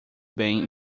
bem